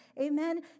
Amen